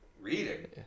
Reading